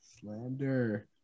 Slander